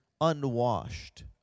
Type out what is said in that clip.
unwashed